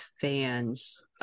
fans